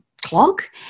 clock